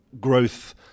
growth